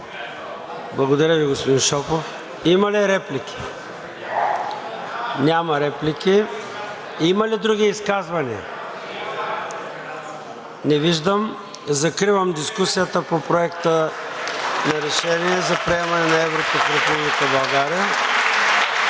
Благодаря Ви, господин Шопов. Има ли реплики? Няма. Има ли други изказвания? Не виждам. Закривам дискусията по Проекта на решение за приемане на еврото в Република България.